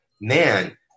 man